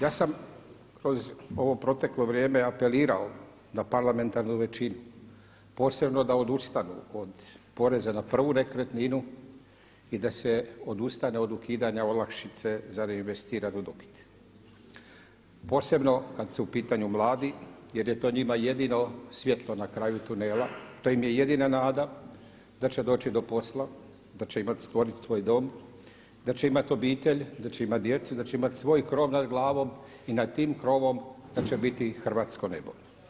Ja sam kroz ovo proteklo vrijeme apelirao na parlamentarnu veći posebno da odustanu od poreza na prvu nekretninu i da se odustane od ukidanja olakšice za reinvestiranu dobit posebno kada su u pitanju mladi jer je to njima jedino svjetlo na kraju tunela, to im je jedina nada da će doći do posla, da će stvoriti svoj dom, da će imati obitelj, da će imati djecu i da će imati svoj krov nad glavom i nad tim krovom da će biti hrvatsko nebo.